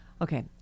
Okay